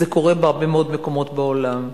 זה קורה בהרבה מאוד מקומות בעולם.